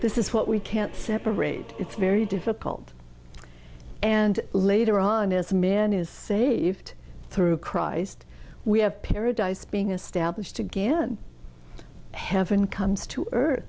this is what we can't separate it's very difficult and later on as man is saved through christ we have paradise being established again heaven comes to